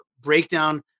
breakdown